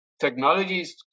technologies